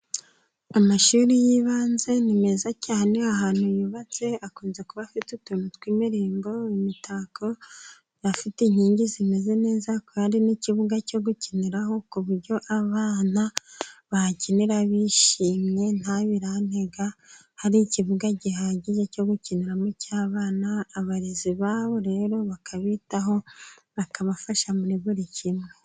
Amashuri y'ibanze ni meza cyane ahantu yubatse akunze kuba afite utuntu tw'imirimbo, imitako afite inkingi zimeze neza kandi n'ikibuga cyo gukiniraho ku buryo abana bahakinira bishimye ntabirantega hari ikibuga gihagije cyo gukiniramo cy'abana abarezi babo rero bakabitaho bakabafasha muri buri kimwe.